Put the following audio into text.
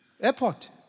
Airport